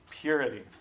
purity